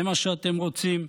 זה מה שאתם רוצים,